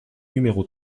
numéro